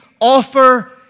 offer